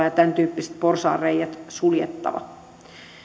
ja tämäntyyppiset porsaanreiät on suljettava